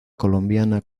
colombiana